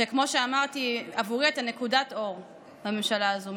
שכמו שאמרתי, בעבורי אתה נקודת אור בממשלה הזו.